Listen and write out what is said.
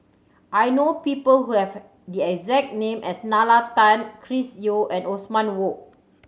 I know people who have the exact name as Nalla Tan Chris Yeo and Othman Wok